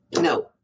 No